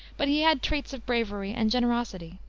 but he had traits of bravery and generosity.